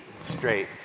straight